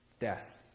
death